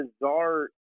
bizarre